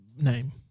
name